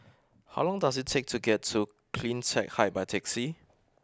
how long does it take to get to Cleantech Height by taxi